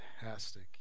fantastic